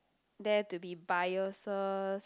there to be biases